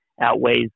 outweighs